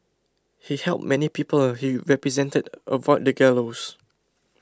he helped many people he represented avoid the gallows